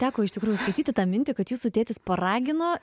teko iš tikrųjų skaityti tą mintį kad jūsų tėtis paragino